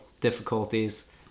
difficulties